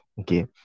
Okay